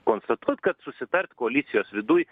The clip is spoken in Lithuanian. konstatuot kad susitart koalicijos viduj